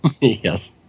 Yes